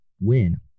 win